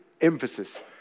emphasis